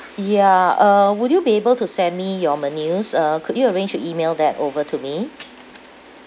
ya uh would you be able to send me your menus uh could you arrange to email that over to me